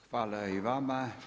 Hvala i vama.